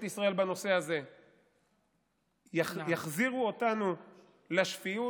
ישראל בנושא הזה יחזירו אותנו לשפיות.